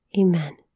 Amen